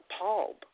appalled